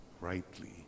rightly